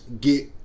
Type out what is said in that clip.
get